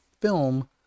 film